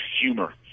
humor